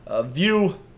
view